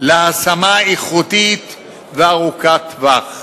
להשמה איכותית וארוכת טווח.